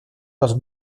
los